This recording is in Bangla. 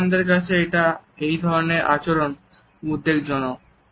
জার্মানদের কাছে এই ধরনের আচরণ উদ্বেগজনক